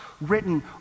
written